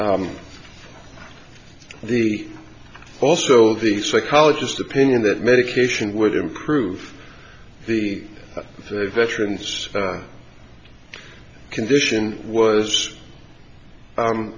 work the also the psychologist opinion that medication would improve the veterans condition was